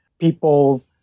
people